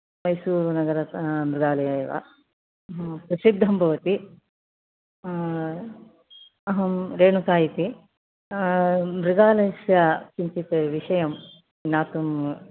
मैसूरुनगरस् मृगालय एव प्रसिद्धं भवति अहं रेणुका इति मृगालयस्य किञ्चित् विषयं ज्ञातुं